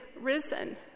risen